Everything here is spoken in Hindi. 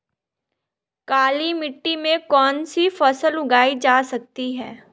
काली मिट्टी में कौनसी फसल उगाई जा सकती है?